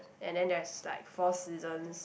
and then there's like four seasons